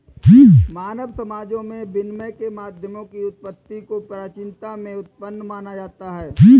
मानव समाजों में विनिमय के माध्यमों की उत्पत्ति को प्राचीनता में उत्पन्न माना जाता है